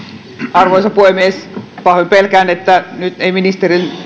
arvoisa puhemies pahoin pelkään että nyt ei ministeriltä